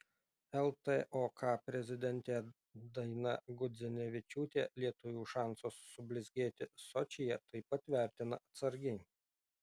ltok prezidentė daina gudzinevičiūtė lietuvių šansus sublizgėti sočyje taip pat vertina atsargiai